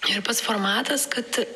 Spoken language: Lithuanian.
ir pats formatas kad